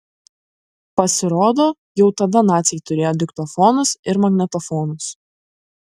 pasirodo jau tada naciai turėjo diktofonus ir magnetofonus